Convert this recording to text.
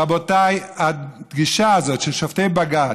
רבותיי, הגישה הזאת, של שופטי בג"ץ,